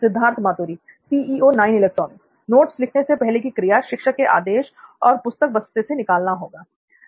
सिद्धार्थ मातुरी नोट लिखने से पहले की क्रिया शिक्षक के आदेश और पुस्तक बस्ते से निकालना होंगी